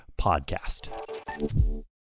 podcast